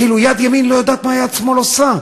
כאילו יד ימין לא יודעת מה יד שמאל עושה.